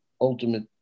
ultimate